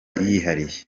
yihariye